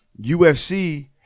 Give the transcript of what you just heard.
UFC